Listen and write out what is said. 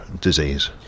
disease